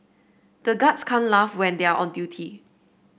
the guards can't laugh when they are on duty